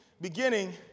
beginning